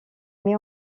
met